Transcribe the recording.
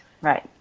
right